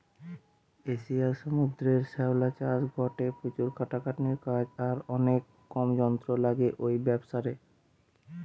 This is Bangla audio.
এশিয়ার সমুদ্রের শ্যাওলা চাষ গটে প্রচুর খাটাখাটনির কাজ আর অনেক কম যন্ত্র লাগে ঔ ব্যাবসারে